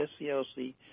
SCLC